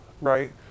right